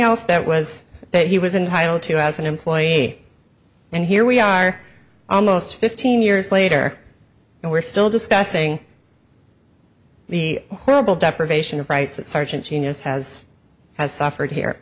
else that was that he was entitled to as an employee and here we are almost fifteen years later and we're still discussing the horrible deprivation of rights that sergeant genius has has suffered here